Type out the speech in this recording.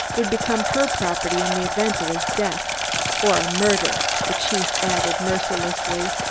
would become her property in the event of his death or murder, the chief added mercilessly.